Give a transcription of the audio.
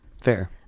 fair